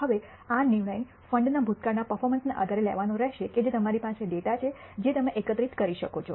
હવે આ નિર્ણય ફંડના ભૂતકાળના પર્ફોર્મન્સને આધારે લેવાનો રહેશે કે જે તમારી પાસે ડેટા છે જે તમે એકત્રિત કરી શકો છો